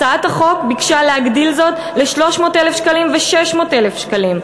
הצעת החוק ביקשה להגדיל זאת ל-300,000 שקלים ו-600,000 שקלים,